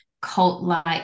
cult-like